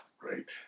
great